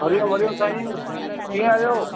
हरिओम हरिओम साईं कीअं आहियो